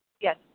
Yes